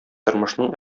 тормышның